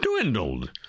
dwindled